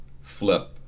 flip